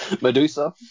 Medusa